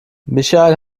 michael